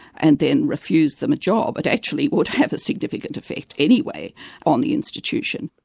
and then refused them a job, it actually would have a significant effect anyway on the institution.